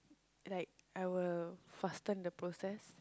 like I will fasten the process